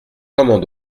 comment